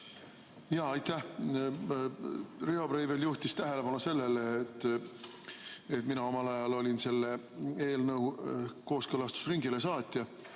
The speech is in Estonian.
Aitäh! Riho Breivel juhtis tähelepanu sellele, et mina omal ajal olin selle eelnõu kooskõlastusringile saatja.